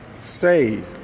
save